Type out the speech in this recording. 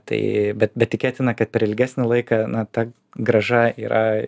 tai bet bet tikėtina kad per ilgesnį laiką na ta grąža yra